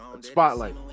spotlight